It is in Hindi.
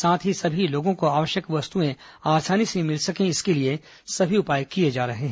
साथ ही सभी लोगों को आवश्यक वस्तुएं आसानी से मिल सके इसके लिए सभी उपाए किए जा रहे हैं